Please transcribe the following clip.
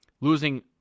losing